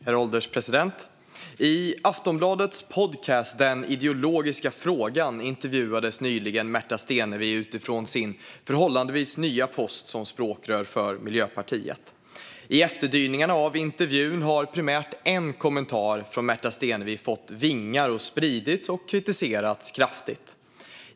Herr ålderspresident! I Aftonbladets podcast Den ideologiska frågan intervjuades nyligen Märta Stenevi utifrån sin förhållandevis nya post som språkrör för Miljöpartiet. I efterdyningarna av intervjun har primärt en av Märta Stenevis kommentarer fått vingar, spridits och kritiserats kraftigt.